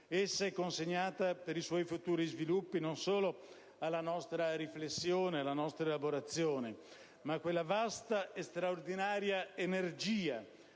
Essa è consegnata, per i suoi futuri sviluppi, non solo alla nostra riflessione e alla nostra elaborazione, ma a quella vasta e straordinaria energia